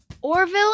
Orville